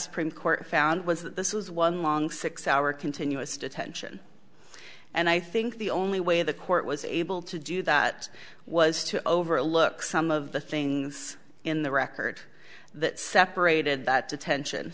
supreme court found was that this was one long six hour continuous detention and i think the only way the court was able to do that was to overlook some of the things in the record that separated that detention